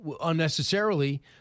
Unnecessarily